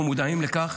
אנחנו מודעים לכך.